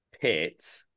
pit